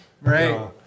right